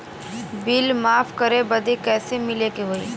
Bill माफ करे बदी कैसे मिले के होई?